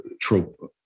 trope